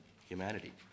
humanity